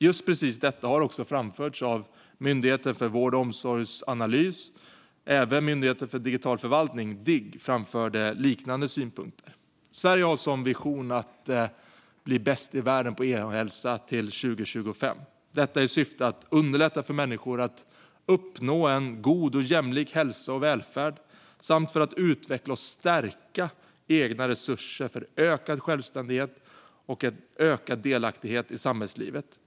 Just precis detta har också framförts av Myndigheten för vård och omsorgsanalys. Även Myndigheten för digital förvaltning, Digg, framförde liknade synpunkter. Sverige har som vision att bli bäst i världen på e-hälsa till 2025, detta i syfte att underlätta för människor att uppnå en god och jämlik hälsa och välfärd samt utveckla och stärka egna resurser för ökad självständighet och ökad delaktighet i samhällslivet.